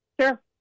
Sure